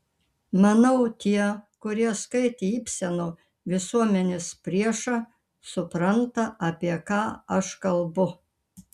manau tie kurie skaitė ibseno visuomenės priešą supranta apie ką aš kalbu